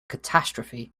catastrophe